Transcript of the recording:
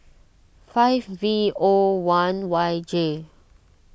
five V O one Y J